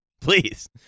please